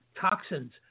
toxins